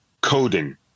coding